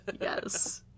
Yes